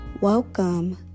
welcome